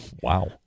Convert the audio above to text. Wow